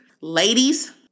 ladies